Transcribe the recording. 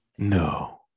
no